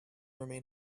remain